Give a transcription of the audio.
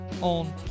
on